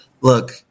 Look